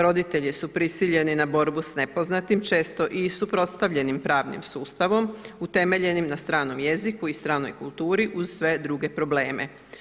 Roditelji su prisiljeni na borbu s nepoznatim, često i suprotstavljenim pravnim sustavom utemeljenim na stranom jeziku i stranoj kulturi uz sve druge probleme.